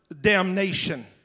damnation